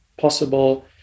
possible